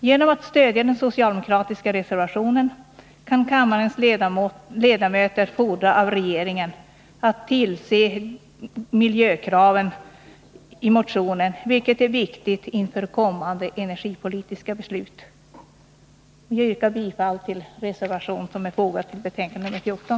Genom att stödja den socialdemokratiska reservationen kan kammarens ledamöter fordra att regeringen uppfyller miljökraven, vilket är viktigt inför kommande energipolitiska beslut. Herr talman! Jag yrkar bifall till reservationen, fogad till jordbruksutskottets betänkande nr 14.